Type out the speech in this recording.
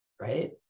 right